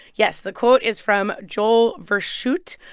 yes. the quote is from joel verschoot,